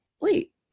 wait